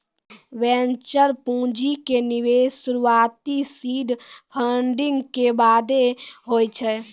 venture पूंजी के निवेश शुरुआती सीड फंडिंग के बादे होय छै